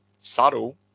subtle